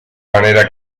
manera